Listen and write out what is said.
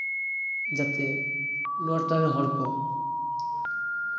ᱡᱟᱛᱮ ᱱᱚᱣᱟ ᱴᱚᱴᱷᱟ ᱨᱮᱱ ᱦᱚᱲ ᱠᱚ